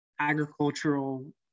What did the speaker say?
agricultural